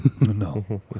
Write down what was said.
no